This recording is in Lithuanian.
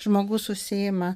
žmogus užsiima